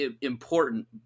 important